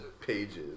pages